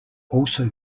also